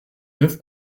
neuf